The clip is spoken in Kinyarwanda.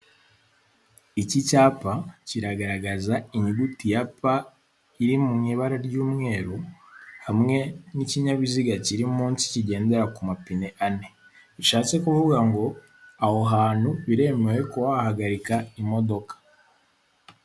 Umugore uri ahantu bacururiza amata, ari mu inzu isize amarangi y'icyatsi, harimo akabati karimo ibikombe bitandukanye, ndetse ari kugenda asuka amata mu bikombe bitandukanye, ndetse hari n'ijage na yo iteretsemo amata ndetse n'amasiniya ahari ateretseho ibyo bikombe.